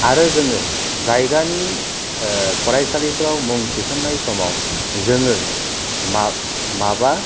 आरो जोङो जायगानि फरायसालिफोराव मुं थिसननाय समाव जोङो मा माबा